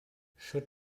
should